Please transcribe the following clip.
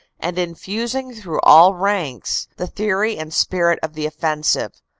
and infusing through all ranks the theory and spirit of the offensive,